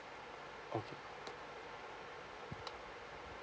okay